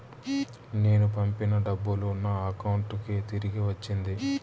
నేను పంపిన డబ్బులు నా అకౌంటు కి తిరిగి వచ్చింది